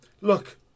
Look